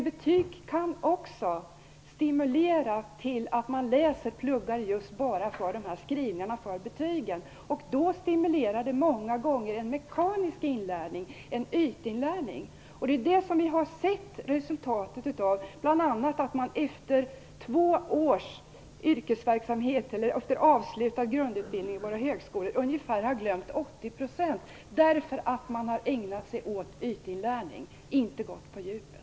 Betyg kan också stimulera till att man bara pluggar just inför skrivningarna och för betygen. Det stimulerar många gånger till en mekanisk inlärning, en ytinlärning. Vi har sett resultatet av det. Ett exempel är att studenter två år efter avslutad utbildning på högskolan har glömt ungefär 80 %, eftersom de har ägnat sig åt ytinlärning och inte gått på djupet.